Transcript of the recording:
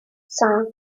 cinq